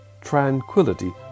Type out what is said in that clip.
tranquility